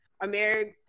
America